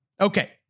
Okay